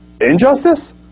Injustice